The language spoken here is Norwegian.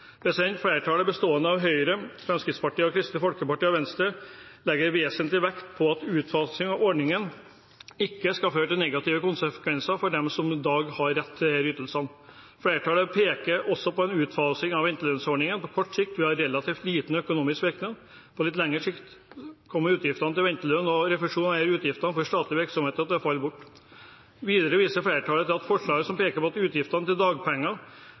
23. Flertallet, bestående av Høyre, Fremskrittspartiet, Kristelig Folkeparti og Venstre, legger vesentlig vekt på at utfasingen av ordningene ikke skal føre til negative konsekvenser for dem som i dag har rett til disse ytelsene. Flertallet peker også på at en utfasing av ventelønnsordningen på kort sikt vil ha relativt liten økonomisk virkning. På litt lengre sikt kommer utgiftene til ventelønn og refusjonen av disse utgiftene for statlige virksomheter til å falle bort. Videre viser flertallet til forslag som peker på at utgiftene til dagpenger